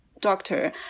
doctor